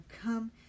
come